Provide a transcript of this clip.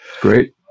great